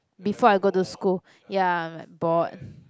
before I go to school ya I'm like bored